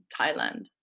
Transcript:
Thailand